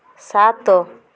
ସାତ